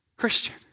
Christian